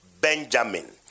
Benjamin